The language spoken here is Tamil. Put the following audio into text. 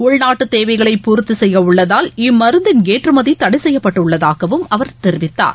உள்நாட்டுதேவைகளை பூர்த்திசெய்யஉள்ளதால் இம்மருந்தின் ஏற்றுமதிதடைசெய்யப்பட்டுள்ளதாகவும் அவர் தெரிவித்தார்